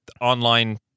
online